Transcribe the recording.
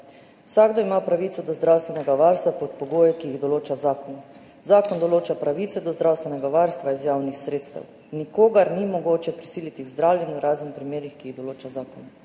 »Vsakdo ima pravico do zdravstvenega varstva pod pogoji, ki jih določa zakon. Zakon določa pravice do zdravstvenega varstva iz javnih sredstev. Nikogar ni mogoče prisiliti k zdravljenju, razen v primerih, ki jih določa zakon.«